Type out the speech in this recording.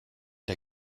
der